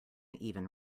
even